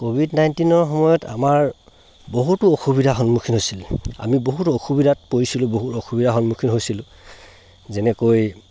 Covid নাইণ্টিনৰ সময়ত আমাৰ বহুতো অসুবিধাৰ সন্মুখীন হৈছিলে আমি বহুত অসুবিধাত পৰিছিলোঁ বহুত অসুবিধাৰ সন্মুখীন হৈছিলোঁ যেনেকৈ